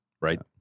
Right